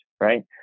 right